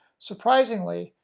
surprisingly,